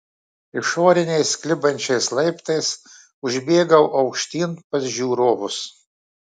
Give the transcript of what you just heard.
išoriniais klibančiais laiptais užbėgau aukštyn pas žiūrovus